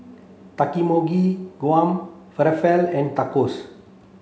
Takikomi Gohan Falafel and Tacos